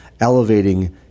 elevating